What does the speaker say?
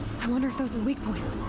i wonder if those are weak points.